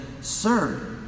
Sir